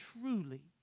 truly